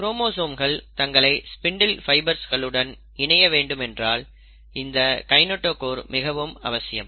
குரோமோசோம்கள் தங்களை ஸ்பிண்டில் ஃபைபர்ஸ்களுடன் இணைய வேண்டுமென்றால் இந்த கைநெட்டோகோர் மிகவும் அவசியம்